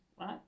right